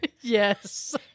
Yes